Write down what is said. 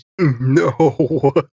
no